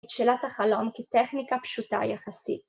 את שאלת החלום כטכניקה פשוטה יחסית